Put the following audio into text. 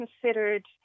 considered